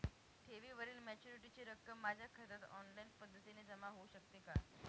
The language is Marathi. ठेवीवरील मॅच्युरिटीची रक्कम माझ्या खात्यात ऑनलाईन पद्धतीने जमा होऊ शकते का?